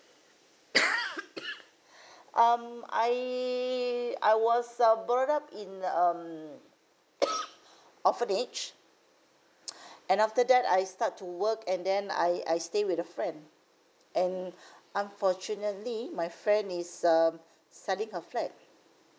um I I was uh brought in um orphanage and after that I start to work and then I I stay with a friend and unfortunately my friend is um selling her flat